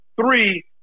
three